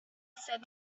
said